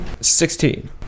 Sixteen